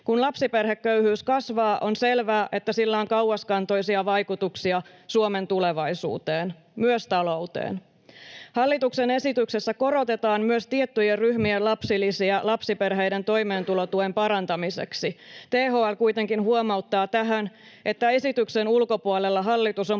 Kun lapsiperheköyhyys kasvaa, on selvää, että sillä on kauaskantoisia vaikutuksia Suomen tulevaisuuteen, myös talouteen. Hallituksen esityksessä korotetaan myös tiettyjen ryhmien lapsilisiä lapsiperheiden toimeentulotuen parantamiseksi. THL kuitenkin huomauttaa tähän, että esityksen ulkopuolella hallitus on